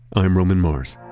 i'm roman mars